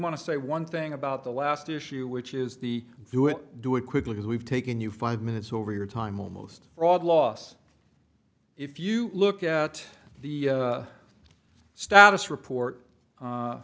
want to say one thing about the last issue which is the do it do it quickly is we've taken you five minutes over your time almost fraud loss if you look at the status report